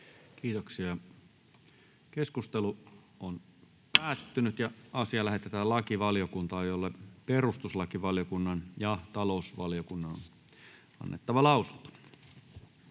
16. asia. Puhemiesneuvosto ehdottaa, että asia lähetetään lakivaliokuntaan, jolle perustuslakivaliokunnan ja talousvaliokunnan on annettava lausunto.